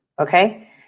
Okay